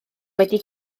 wedi